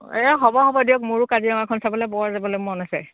এই হ'ব হ'ব দিয়ক মোৰো কাজিৰঙাখন চাবলৈ বৰ যাবলৈ মন আছে